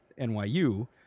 NYU